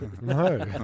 no